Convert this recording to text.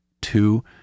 two